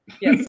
Yes